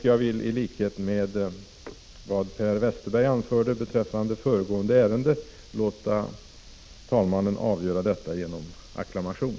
Jag vill, i likhet med vad Per Westerberg anförde beträffande föregående ärende, låta talmannen avgöra detta genom acklamation.